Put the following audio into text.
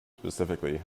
specifically